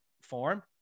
form